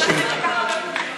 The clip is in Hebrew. אוקיי.